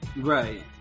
right